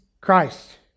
Christ